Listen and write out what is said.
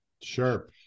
Sure